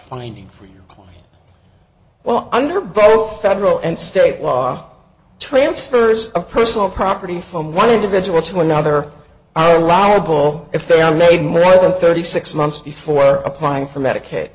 finding for you well under both federal and state law transfers a personal property from one individual to another all rob or if they are made more than thirty six months before applying for medicaid